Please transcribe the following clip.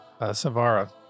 Savara